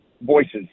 voices